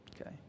okay